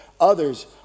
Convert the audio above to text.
Others